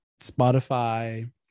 Spotify